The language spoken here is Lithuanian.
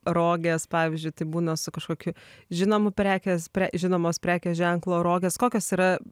roges pavyzdžiui tai būna su kažkokiu žinomu prekės pre žinomos prekės ženklo rogės kokios yra